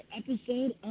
episode